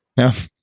now,